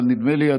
אבל נדמה לי,